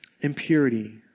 impurity